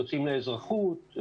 יוצאים לאזרחות,